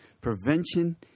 Prevention